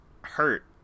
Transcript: hurt